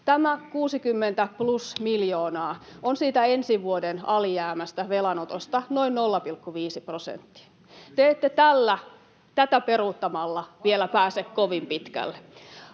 Tämä 60 plus miljoonaa on siitä ensi vuoden alijäämästä, velanotosta, noin 0,5 prosenttia. Te ette tällä, tätä peruuttamalla, vielä pääse kovin pitkälle.